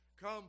come